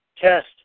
test